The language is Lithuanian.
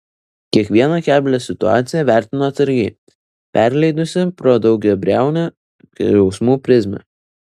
kiekvieną keblią situaciją vertino atsargiai perleidusi pro daugiabriaunę jausmų prizmę